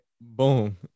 Boom